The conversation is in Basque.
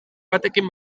batekin